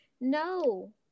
no